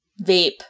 vape